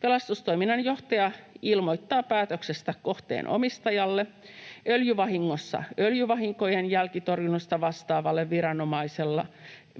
Pelastustoiminnan johtaja ilmoittaa päätöksestä kohteen omistajalle, öljyvahingossa öljyvahinkojen jälkitorjunnasta vastaavalle